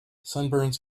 sunburns